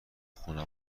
خونه